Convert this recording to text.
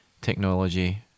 technology